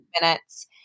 minutes